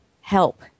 help